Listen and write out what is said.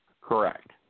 Correct